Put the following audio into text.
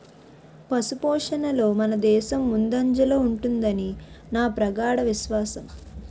పశుపోషణలో మనదేశం ముందంజలో ఉంటుదని నా ప్రగాఢ విశ్వాసం